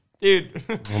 Dude